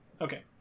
Okay